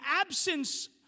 absence